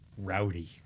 rowdy